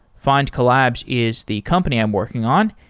findcollabs is the company i'm working on.